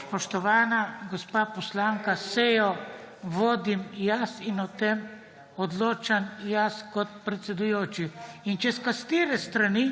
Spoštovana gospa poslanka, sejo vodim jaz in o tem odločam jaz kot predsedujoči. In če s katere strani